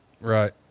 Right